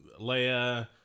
leia